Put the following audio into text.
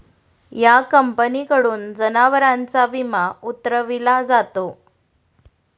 या कंपनीकडून जनावरांचा विमा उतरविला जातो